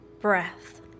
breath